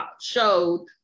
showed